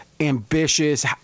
Ambitious